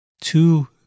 Two